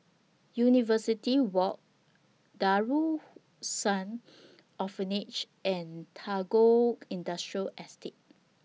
University Walk Darul Ihsan Orphanage and Tagore Industrial Estate